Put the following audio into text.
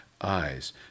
eyes